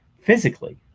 physically